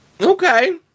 Okay